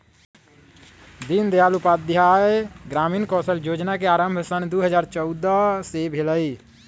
दीनदयाल उपाध्याय ग्रामीण कौशल जोजना के आरम्भ सन दू हज़ार चउदअ से भेलइ